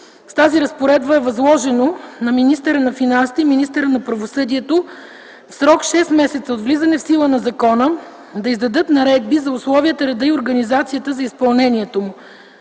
С тази разпоредба е възложено на министъра на финансите и на министъра на правосъдието, в срок 6 месеца от влизането в сила на закона, да издадат наредби за условията, реда и организацията за изпълнението му.